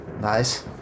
nice